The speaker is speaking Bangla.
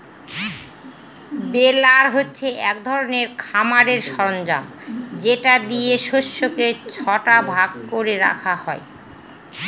বেলার হচ্ছে এক ধরনের খামারের সরঞ্জাম যেটা দিয়ে শস্যকে ছটা ভাগ করে রাখা হয়